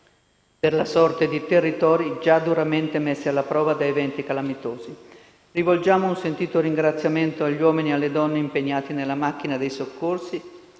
per la sorte di territori già duramente messi alla prova da eventi calamitosi. Rivolgiamo un sentito ringraziamento alle donne e agli uomini impegnati nella macchina dei soccorsi,